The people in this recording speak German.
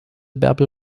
bärbel